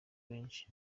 benshi